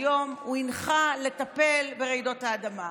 היום הוא הנחה לטפל ברעידות האדמה,